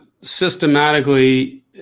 systematically